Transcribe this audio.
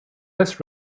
less